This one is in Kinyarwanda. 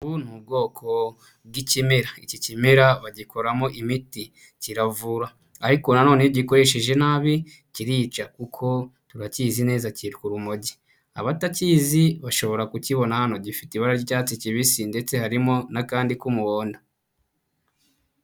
Ubu ni ubwoko bw'ikimera, iki kimera bagikoramo imiti kiravura ariko nanone iyo ugikoresheje nabi kirica kuko turakizi neza kitwa urumogi, abatakizi bashobora kukibona hano gifite ibara ry'icyatsi kibisi ndetse harimo n'akandi k'umuhondo.